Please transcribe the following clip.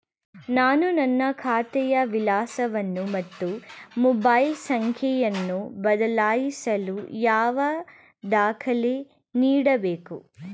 ನಾನು ನನ್ನ ಖಾತೆಯ ವಿಳಾಸವನ್ನು ಮತ್ತು ಮೊಬೈಲ್ ಸಂಖ್ಯೆಯನ್ನು ಬದಲಾಯಿಸಲು ಯಾವ ದಾಖಲೆ ನೀಡಬೇಕು?